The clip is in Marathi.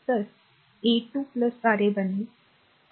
तर a2 a R aबनेल तर